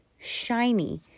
shiny